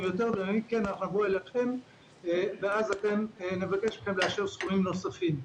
גדולים יותר ואם כן נבוא אליכם ונבקש לאשר סכומים נוספים.